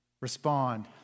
Respond